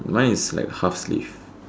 mine is like half sleeve